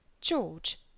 George